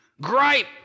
gripe